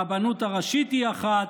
הרבנות הראשית היא אחת.